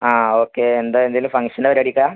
ആ ഓക്കെ എന്താണ് എന്തെങ്കിലും ഫംഗ്ഷൻ്റെ പരിപാടിക്കാണോ